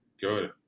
Good